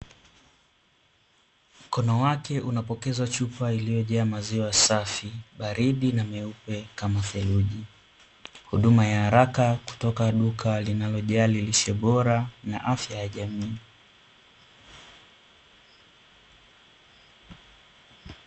Mkono wake unapokeza chupa ya maziwa safi, baridi na meupe kama theluji, huduma ya haraka kutoka duka linalojali lishe bora na afya ya jamii.